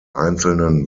einzelnen